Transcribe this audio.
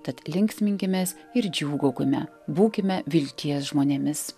tad linksminkimės ir džiūgaukime būkime vilties žmonėmis